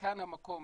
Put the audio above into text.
כאן המקום,